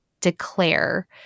declare